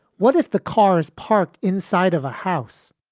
what if the car is parked inside of a house,